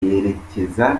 yerekeza